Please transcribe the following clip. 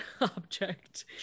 object